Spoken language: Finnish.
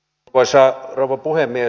arvoisa rouva puhemies